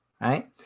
right